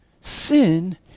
sin